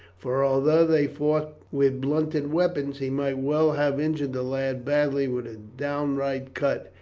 for although they fought with blunted weapons, he might well have injured the lad badly with a downright cut,